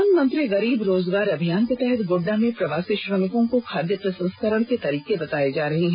प्रधानमंत्री गरीब रोजगार अभियान के तहत गोड्डा में प्रवासी श्रमिकों को खाद्य प्रसंस्करण के तरीके बताए जा रहे हैं